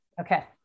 Okay